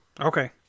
Okay